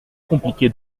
compliqué